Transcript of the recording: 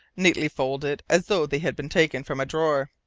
neatly folded, as though they had been taken from a drawer.